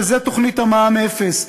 שזה תוכנית מע"מ אפס.